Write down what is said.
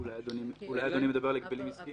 אולי אדוני מדבר על הגבלים עסקיים.